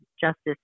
Justice